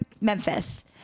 Memphis